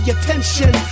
attention